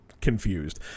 confused